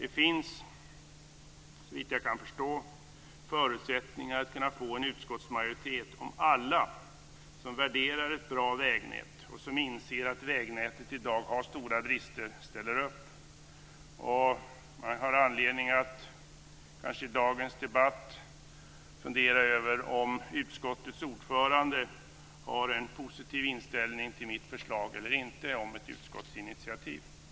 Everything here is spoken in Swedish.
Det finns, såvitt jag kan förstå, förutsättningar att få en utskottsmajoritet, om alla som värderar ett bra vägnät och som inser att vägnätet i dag har stora brister ställer upp. Jag har anledning att i dagens debatt fundera över om utskottets ordförande har en positiv inställning till mitt förslag om ett utskottsinitiativ eller inte.